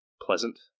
pleasant